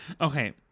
Okay